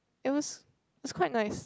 it was it was quite nice